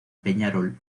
peñarol